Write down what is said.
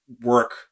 work